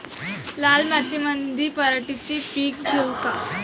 लाल मातीमंदी पराटीचे पीक घेऊ का?